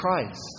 Christ